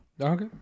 Okay